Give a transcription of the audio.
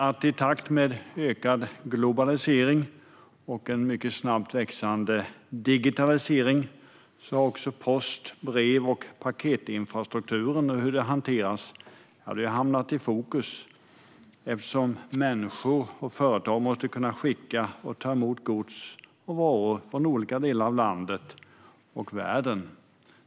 I takt med ökad globalisering och mycket snabbt växande digitalisering har postinfrastrukturen och hur brev och paket hanteras hamnat i fokus eftersom människor och företag måste kunna skicka och ta emot gods och varor från olika delar av landet och världen.